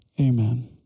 Amen